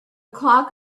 clock